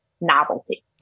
novelty